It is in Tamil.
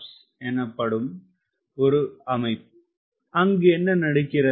ஸ்பிளிட் ப்ளாப்ஸில் என்ன நடக்கிறது